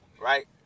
right